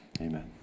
amen